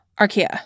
Archaea